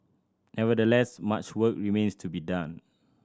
nevertheless much work remains to be done